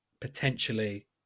potentially